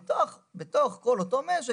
בתוך כל אותו משק,